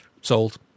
sold